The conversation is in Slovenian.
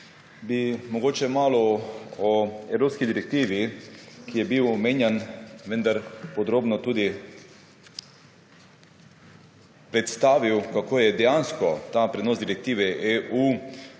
Bi mogoče malo o evropski direktivi, ki je bil omenjan, vendar podrobno tudi predstavil, kako je dejansko ta prenos Direktive EU 2021/555